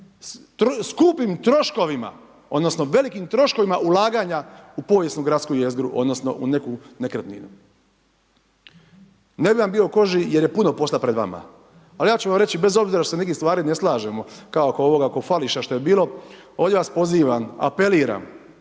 skupim troškovima odnosno velikim troškovima ulaganja u povijesnu gradsku jezgru odnosno u neku nekretninu. Ne bih vam bio u koži jer je puno posla pred vama. Ali ja ću vam reći, bez obzira što se u nekim stvarima ne slažemo kao oko ovoga .../Govornik se ne razumije./... što je bilo. Ovdje vas pozivam, apeliram,